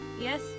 Yes